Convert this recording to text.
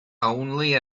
only